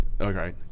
Okay